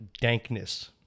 dankness